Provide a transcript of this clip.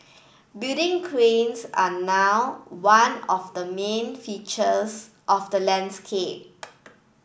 building cranes are now one of the main features of the landscape